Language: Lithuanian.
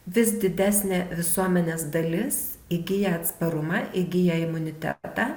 vis didesnė visuomenės dalis įgyja atsparumą įgyja imunitetą